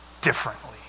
differently